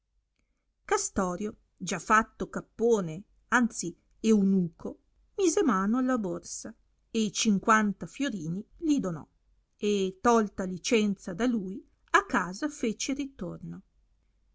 castorio già fatto cappone anzi eunuco mise mano alla borsa e cinquanta fiorini li donò e tolta licenza da lui a casa fece ritorno